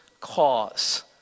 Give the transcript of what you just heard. cause